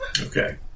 Okay